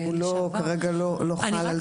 כן, הוא כרגע לא חל על זה לכאורה.